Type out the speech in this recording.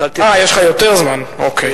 אה, יש לך יותר זמן, אוקיי.